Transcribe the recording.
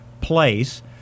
place